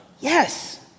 yes